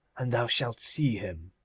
and thou shalt see him